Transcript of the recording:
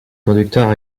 conducteurs